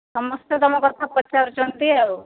ସମସ୍ତେ ତୁମ କଥା ପଚାରୁଛନ୍ତି ଆଉ